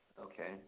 Okay